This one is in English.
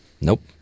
Nope